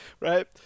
right